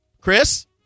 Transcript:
Chris